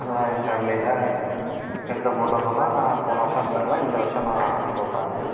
நல்லா எங்கள் ஃபேமிலில எடுத்த ஃபோட்டோசெல்லாம் நான் போன வருடம் எடுத்ததெல்லாம் இந்த வருடம் நான் ரொம்ப பார்த்து